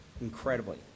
Incredibly